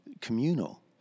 communal